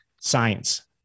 science